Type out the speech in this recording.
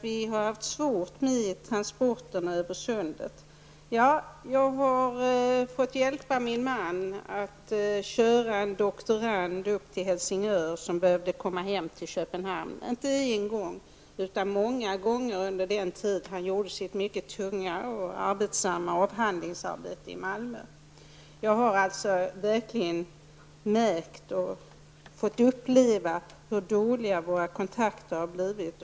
Vi har haft svårt med transporterna över sundet. Jag har hjälpt min man med att skjutsa en doktorand till Helsingör för att han behövde komma hem till Köpenhamn. Detta har jag gjort många gånger under den tid som doktoranden gjorde sitt mycket tunga och strävsamma avhandlingsarbete i Malmö. Jag har alltså verkligen fått uppleva hur dåliga våra kontakter med Danmark har varit.